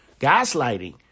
gaslighting